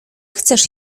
chcesz